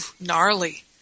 gnarly